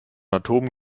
atomen